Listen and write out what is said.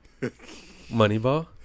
Moneyball